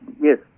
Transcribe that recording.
yes